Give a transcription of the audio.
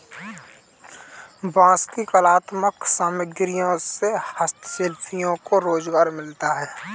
बाँस की कलात्मक सामग्रियों से हस्तशिल्पियों को रोजगार मिलता है